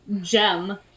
gem